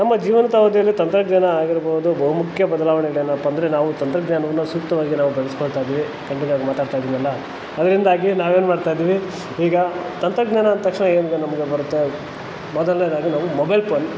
ನಮ್ಮ ಜೀವಂತ ಅವಧಿಯಲ್ಲಿ ತಂತ್ರಜ್ಞಾನ ಆಗಿರ್ಬೋದು ಬಹುಮುಖ್ಯ ಬದಲಾವಣೆಗಳೇನಪ್ಪಾ ಅಂದರೆ ನಾವು ತಂತ್ರಜ್ಞಾನವನ್ನು ಸೂಕ್ತವಾಗಿ ನಾವು ಬಳ್ಸ್ಕೊತಾ ಇದ್ದೀವಿ ತಂತ್ರಜ್ಞಾನದ ಬಗ್ಗೆ ಮಾತಾಡ್ತಾ ಇದ್ದೀವಲ್ವಾ ಅದರಿಂದಾಗಿ ನಾವೇನು ಮಾಡ್ತಾಯಿದ್ವಿ ಈಗ ತಂತ್ರಜ್ಞಾನ ಅಂದ ತಕ್ಷಣ ಏನು ನಮಗೆ ಬರುತ್ತೆ ಮೊದಲನೇದಾಗಿ ನಾವು ಮೊಬೈಲ್ ಪೋನ್